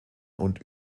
und